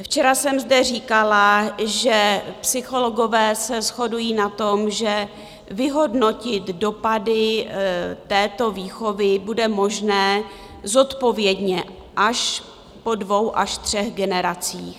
Včera jsem zde říkala, že psychologové se shodují na tom, že vyhodnotit dopady této výchovy bude možné zodpovědně po dvou až třech generacích.